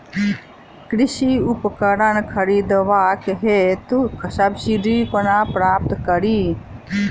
कृषि उपकरण खरीदबाक हेतु सब्सिडी कोना प्राप्त कड़ी?